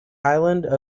island